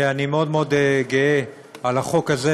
אני מאוד מאוד גאה על החוק הזה,